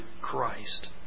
Christ